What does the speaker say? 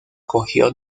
cogió